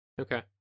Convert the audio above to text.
Okay